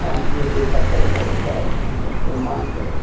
काम जो जैसा करेगा वैसा उसको मांग करेगा